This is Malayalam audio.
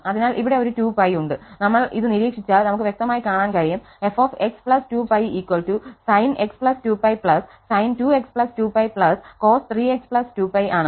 അതിനാൽ ഇവിടെ ഒരു 2π ഉണ്ട് നമ്മൾ ഇത് നിരീക്ഷിച്ചാൽ നമുക്ക് വ്യക്തമായി കാണാൻ കഴിയും fx 2π sinx 2π sin2x 2π cos3x 2π ആണ്